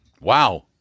Wow